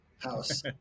house